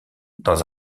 dans